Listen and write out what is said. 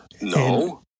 No